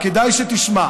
עכשיו.